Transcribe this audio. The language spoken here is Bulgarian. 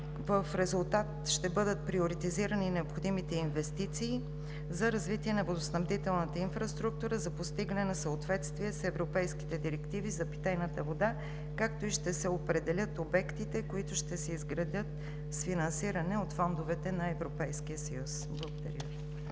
В резултат ще бъдат приоритизирани необходимите инвестиции за развитие на водоснабдителната инфраструктура за постигане на съответствие с европейските директиви за питейната вода, както и ще се определят обектите, които ще се изградят с финансиране от фондовете на Европейския съюз. Благодаря